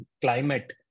climate